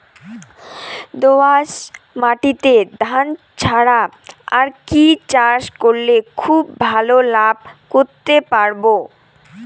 দোয়াস মাটিতে ধান ছাড়া আর কি চাষ করলে খুব ভাল লাভ করতে পারব?